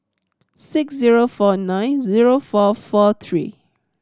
six zero four nine zero four four three